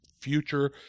future